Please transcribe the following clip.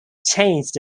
changed